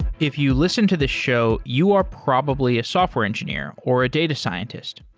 if you listen to this show, you are probably a software engineer or a data scientist.